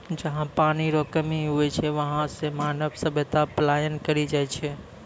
जहा पनी रो कमी हुवै छै वहां से मानव सभ्यता पलायन करी जाय छै